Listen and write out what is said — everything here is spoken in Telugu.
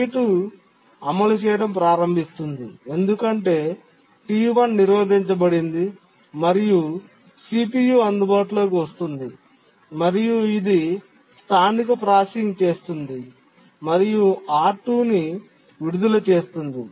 T2 అమలు చేయడం ప్రారంభిస్తుంది ఎందుకంటే T1 నిరోధించబడింది మరియు CPU అందుబాటులోకి వస్తుంది మరియు ఇది స్థానిక ప్రాసెసింగ్ చేస్తుంది మరియు R2 ని విడుదల చేస్తుంది